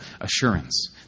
assurance